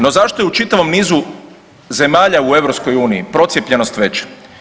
No zašto je u čitavom nizu zemalja u EU procijepljenost veća?